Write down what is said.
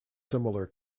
similar